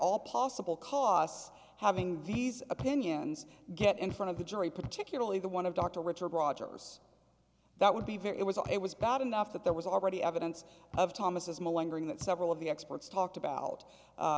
all possible costs having these opinions get in front of the jury particularly the one of dr richard rogers that would be very it was it was bad enough that there was already evidence of thomas maleng that several of the experts talked about